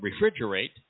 refrigerate